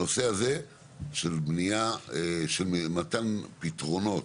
הנושא הזה של מתן פתרונות